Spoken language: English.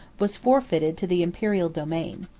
was forfeited to the imperial domain.